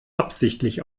absichtlich